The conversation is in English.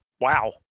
Wow